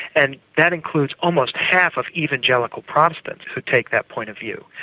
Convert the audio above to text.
and that includes almost half of evangelical protestants who take that point of view.